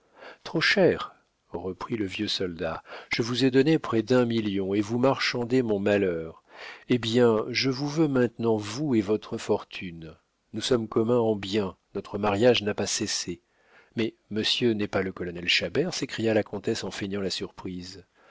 trop cher reprit le vieux soldat je vous ai donné près d'un million et vous marchandez mon malheur hé bien je vous veux maintenant vous et votre fortune nous sommes communs en biens notre mariage n'a pas cessé mais monsieur n'est pas le colonel chabert s'écria la comtesse en feignant la surprise